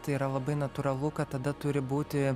tai yra labai natūralu kad tada turi būti